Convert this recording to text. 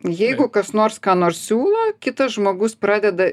jeigu kas nors ką nors siūlo kitas žmogus pradeda